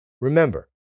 Remember